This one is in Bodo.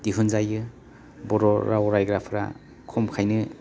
दिहुनजायो बर' राव रायग्राफ्रा खमखायनो